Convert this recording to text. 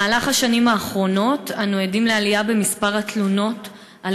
בשנים האחרונות אנו עדים לעלייה במספר התלונות על